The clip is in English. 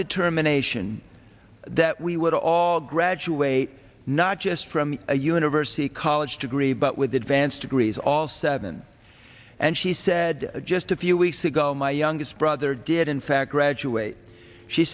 determination that we would all graduate not just from a university college degree but with advanced degrees all seven and she said just a few weeks ago my youngest brother did in fact graduate she